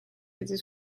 pidi